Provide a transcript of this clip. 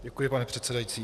Děkuji pane předsedající.